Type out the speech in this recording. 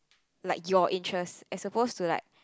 like your interest is suppose to like